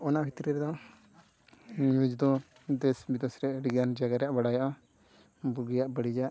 ᱚᱱᱟ ᱵᱷᱤᱛᱨᱤ ᱨᱮᱫᱚ ᱱᱤᱭᱩᱡᱽ ᱫᱚ ᱫᱮᱥ ᱵᱤᱫᱮᱥ ᱨᱮ ᱟᱹᱰᱤ ᱜᱟᱱ ᱡᱟᱭᱜᱟ ᱨᱮᱭᱟᱜ ᱵᱟᱲᱟᱭᱚᱜᱼᱟ ᱵᱩᱜᱤᱭᱟᱜ ᱵᱟᱹᱲᱤᱡᱟᱜ